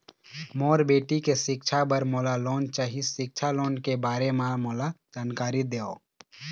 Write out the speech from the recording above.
मोर बेटी के सिक्छा पर मोला लोन चाही सिक्छा लोन के बारे म मोला जानकारी देव?